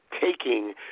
taking